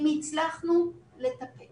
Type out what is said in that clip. אם הצלחנו לטפל